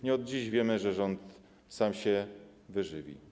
Nie od dziś wiemy, że rząd sam się wyżywi.